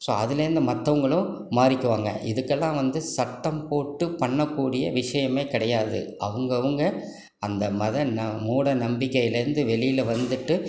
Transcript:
so அதுலேருந்து மற்றவங்களும் மாறிக்குவாங்க இதுக்கெல்லாம் வந்து சட்டம் போட்டு பண்ணக்கூடிய விஷயமே கிடையாது அவங்கவங்கள் அந்த மத ந மூடநம்பிக்கையிலேருந்து வெளியில் வந்துட்டு